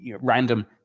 random